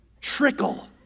Trickle